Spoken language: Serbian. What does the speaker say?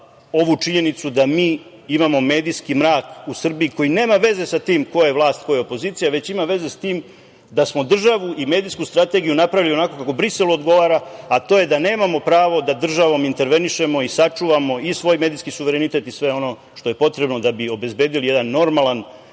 ovu činjenicu da mi imamo medijski mrak u Srbiji koji nema veze sa tim ko je vlast ko je opozicija, već ima veze sa tim da smo državu i medijsku strategiju napravili onako kako Briselu odgovara, a to je da nemamo pravo da državom intervenišemo i sačuvamo i svoj medijski suverenitet i sve ono što je potrebno da bi obezbedili jedan normalan